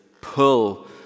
pull